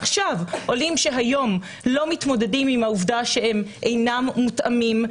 עולים שהיום לא מתמודדים עם העובדה שהם אינם מותאמים,